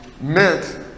meant